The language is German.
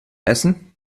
essen